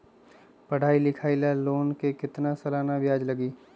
पढाई लिखाई ला लोन के कितना सालाना ब्याज लगी?